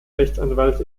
rechtsanwalt